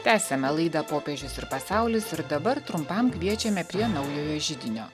tęsiame laidą popiežius ir pasaulis ir dabar trumpam kviečiame prie naujojo židinio